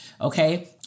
Okay